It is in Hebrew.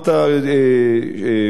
לא מצד אחד,